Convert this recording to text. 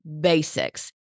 basics